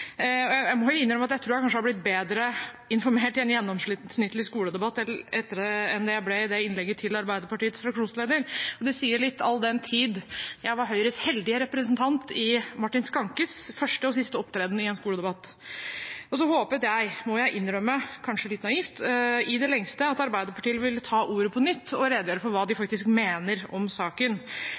og jeg må innrømme at jeg tror at jeg hadde blitt bedre informert i en gjennomsnittlig skoledebatt enn jeg ble av innlegget til Arbeiderpartiets fraksjonsleder. Det sier litt, all den tid jeg var Høyres heldige representant i Martin Schanches første og siste opptreden i en skoledebatt. Så håpet jeg, må jeg innrømme, kanskje litt naivt, i det lengste at Arbeiderpartiet ville ta ordet på nytt og redegjøre for hva de faktisk mener om saken.